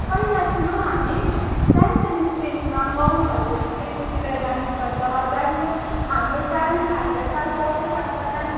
पहिला सुरु हामी सानसानो स्टेजमा गाउँ घरको स्टेजतिर डान्स गर्छ त्यहाँदेखिको हाम्रो ट्यालेन्ट हामीले चाल पाउँदै जान्छ त्यहाँदेखिको